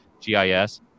GIS